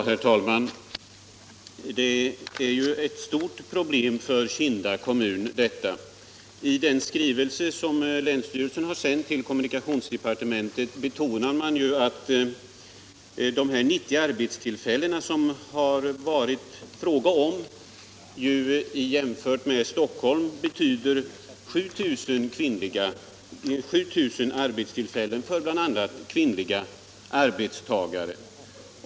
Herr talman! Detta är ett stort problem för Kinda kommun. I den skrivelse som länsstyrelsen sänt till kommunikationsdepartementet betonas att de 90 arbetstillfällen som det är fråga om skulle motsvara 7 000 arbetstillfällen i Stockholm för bl.a. kvinnliga arbetstagare.